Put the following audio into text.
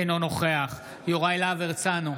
אינו נוכח יוראי להב הרצנו,